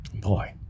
Boy